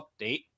update